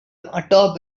atop